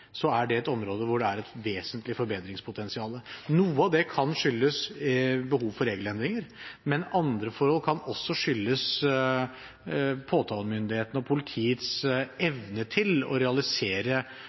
er det et område hvor det er et vesentlig forbedringspotensial. Noe av det kan skyldes behov for regelendringer, men andre forhold kan også skyldes påtalemyndighetens og politiets